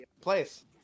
place